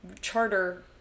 charter